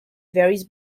varies